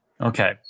Okay